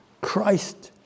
Christ